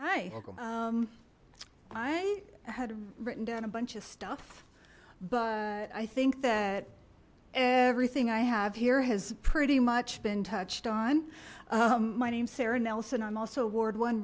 hi i had written down a bunch of stuff but i think that everything i have here has pretty much been touched on my name is sarah nelson i'm also award one